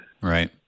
Right